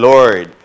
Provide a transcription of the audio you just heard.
Lord